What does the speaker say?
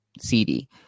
CD